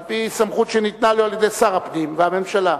על-פי סמכות שניתנה לו על-ידי שר הפנים והממשלה.